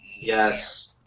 Yes